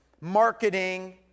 marketing